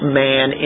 man